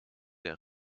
der